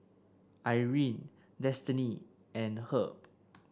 Irene Destiney and Herb